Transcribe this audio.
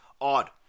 Odd